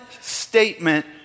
statement